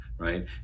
Right